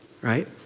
right